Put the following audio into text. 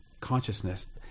consciousness